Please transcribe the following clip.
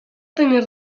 tenir